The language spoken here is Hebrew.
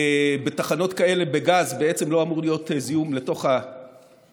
בתחנות כאלה בגז לא אמור להיות זיהום לתוך הקרקע,